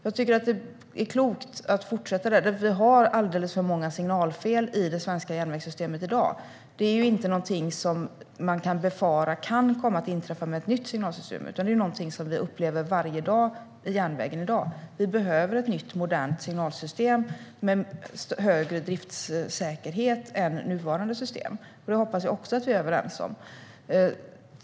Jag tycker att det är klokt att fortsätta det här därför att vi har alldeles för många signalfel i det svenska järnvägssystemet i dag. Det är någonting som man inte kan befara kan komma att inträffa med ett nytt signalsystem, utan det här är någonting som vi upplever varje dag i järnvägen i dag. Vi behöver ett nytt och modernt signalsystem med högre driftssäkerhet än i nuvarande system. Det hoppas jag också att vi är överens om.